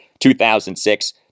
2006